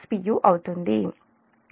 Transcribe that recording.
u అవుతుంది